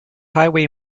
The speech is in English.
highway